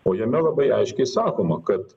o jame labai aiškiai sakoma kad